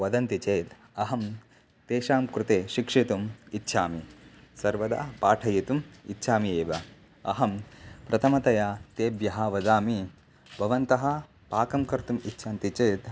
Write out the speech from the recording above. वदन्ति चेत् अहं तेषां कृते शिक्षितुम् इच्छामि सर्वदा पाठयितुम् इच्छामि एव अहं प्रथमतया तेभ्यः वदामि भवन्तः पाकं कर्तुम् इच्छन्ति चेत्